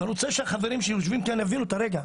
אני רוצה שהחברים שיושבים כאן יבינו את הרקע,